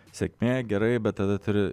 sėkmė gerai bet tada turi